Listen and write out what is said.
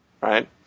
Right